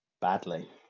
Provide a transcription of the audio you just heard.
Badly